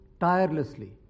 tirelessly